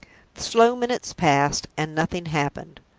slow minutes passed, and nothing happened.